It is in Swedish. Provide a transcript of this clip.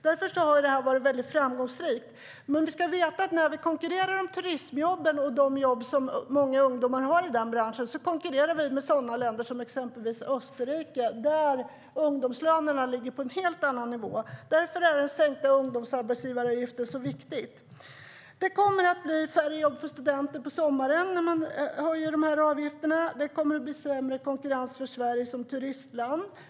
Därför har det varit väldigt framgångsrikt. Vi ska veta att när vi konkurrerar om turismjobben och de jobb som många ungdomar har i den branschen konkurrerar vi med länder som exempelvis Österrike, där ungdomslönerna ligger på en helt annan nivå. Därför är den sänkta ungdomsarbetsgivaravgiften så viktig. Det kommer att bli färre jobb för studenter på sommaren när man höjer ungdomarbetsgivaravgifterna. Sverige kommer att få svårare att konkurrera som turistland.